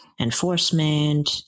enforcement